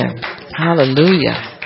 Hallelujah